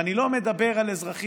ואני לא מדבר על אזרחים